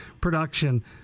production